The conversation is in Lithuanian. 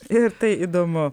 ir tai įdomu